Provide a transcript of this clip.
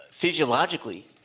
physiologically